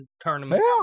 tournament